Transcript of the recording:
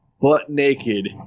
butt-naked